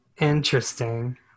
Interesting